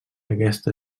aquesta